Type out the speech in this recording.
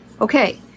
Okay